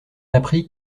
apprit